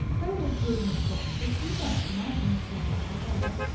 bert is reading a book, so he won't want me for a while.